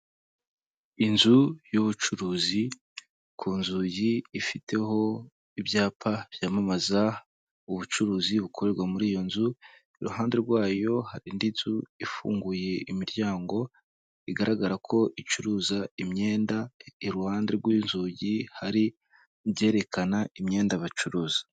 Inzu y'ubucuruzi ku nzugi ifiteho ibyapa byamamaza ubucuruzi bukorerwa muri iyo nzu iruhande rwayo hari indi nzu ifunguye imiryango igaragara ko icuruza imyenda, iruhande rw'inzugi hari ibyerekana imyenda bacuruza.